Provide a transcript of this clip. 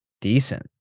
decent